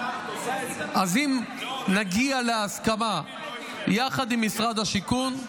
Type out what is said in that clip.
אז אם נגיע להסכמה יחד עם משרד השיכון,